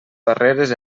barreres